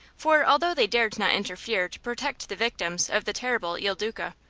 for, although they dared not interfere to protect the victims of the terrible il duca,